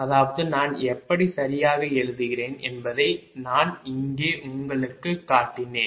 அதாவது நான் எப்படி சரியாக எழுதுகிறேன் என்பதை நான் இங்கே உங்களுக்குக் காட்டினேன்